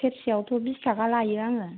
सेरसेयावथ' बिस थाखा लायो आङो